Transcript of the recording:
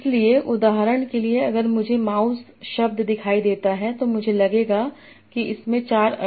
इसलिए उदाहरण के लिए अगर मुझे माउस शब्द दिखाई देता है तो मुझे लगेगा कि इसमें चार अर्थ हैं